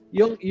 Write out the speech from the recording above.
yung